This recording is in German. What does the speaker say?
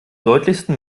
deutlichsten